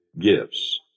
gifts